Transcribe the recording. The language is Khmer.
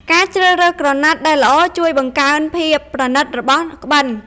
ការជ្រើសរើសក្រណាត់ដែលល្អជួយបង្កើនភាពប្រណីតរបស់ក្បិន។